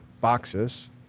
boxes